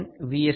D M